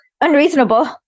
unreasonable